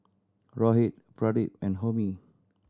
Rohit Pradip and Homi